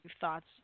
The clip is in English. thoughts